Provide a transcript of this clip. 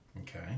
Okay